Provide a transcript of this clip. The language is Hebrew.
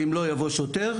אם לא יבוא שוטר',